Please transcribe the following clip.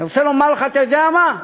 אני רוצה לומר לך, אתה יודע מה?